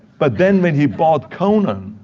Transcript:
but then when he bought conan,